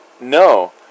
no